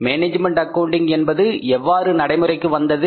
management accounting என்பது எவ்வாறு நடைமுறைக்கு வந்தது